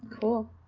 Cool